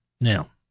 Now